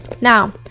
now